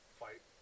fight